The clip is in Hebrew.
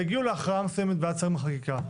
והגיעו להכרעה מסוימת ואז חקיקה,